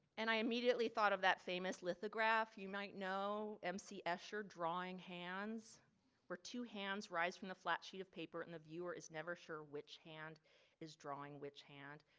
and i immediately thought of that famous lithograph you might know mc escher drawing hands were two hands rise from the flat sheet of paper and the viewer is now never sure which hand is drawing which hand.